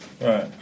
right